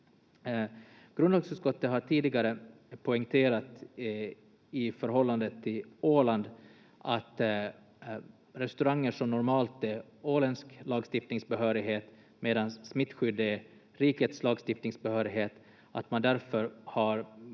Grundlagsutskottet har tidigare poängterat i förhållande till Åland att restauranger normalt är åländsk lagstiftningsbehörighet medan smittskydd är rikets lagstiftningsbehörighet och att man därför